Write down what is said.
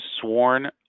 sworn